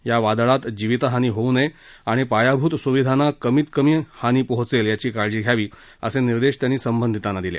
यावादळात जीवितहानी होऊ नये आणि पायाभूतसुविधांना कमीतकमी हानी पोहचेल यांची काळजी घ्यावी असे निर्देश त्यांनी संबधितांना दिले